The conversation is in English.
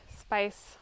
spice